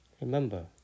Remember